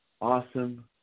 Awesome